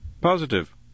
Positive